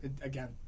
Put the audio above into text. again